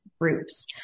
groups